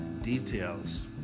details